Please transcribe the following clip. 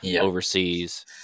overseas